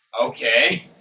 Okay